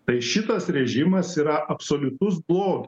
tai šitas režimas yra absoliutus blogis